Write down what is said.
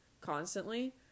constantly